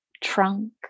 trunk